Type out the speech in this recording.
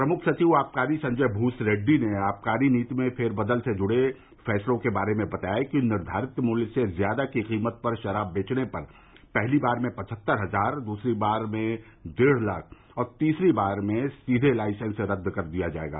प्रमुख सचिव आवकारी संजय भूसरेड्डी ने आवकारी नीति में फेरबदल से जुड़े फैसले के बारे में बताया कि निर्धारित मूल्य से ज्यादा की कीमत पर शराब बेचने पर पहली बार में पचहत्तर हजार दूसरी बारे में डेढ़ लाख और तीसरी बार में सीधे लाइसेंस रद्द किया जायेगा